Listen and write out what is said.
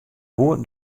woe